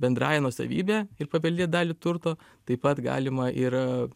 bendraja nuosavybe ir paveldėt dalį turto taip pat galima ir